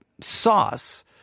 sauce